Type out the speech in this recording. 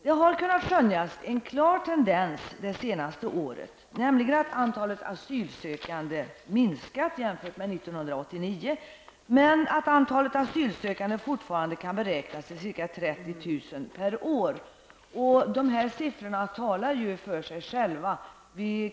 Det har under det senaste året kunnat skönjas en klar tendens, nämligen att antalet asylsökande har minskat jämfört med 1989. Antalet asylsökande kan emellertid fortfarande beräknas till ca 30 000 per år. Dessa siffror talar för sig själva.